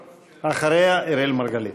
אחריה, אראל מרגלית.